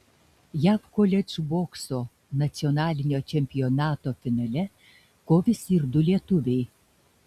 jav koledžų bokso nacionalinio čempionato finale kovėsi ir du lietuviai